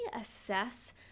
assess